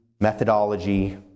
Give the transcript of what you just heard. methodology